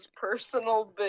personal